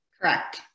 Correct